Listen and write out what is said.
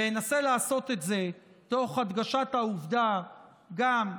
ואנסה לעשות את זה גם תוך הדגשת העובדה שאתה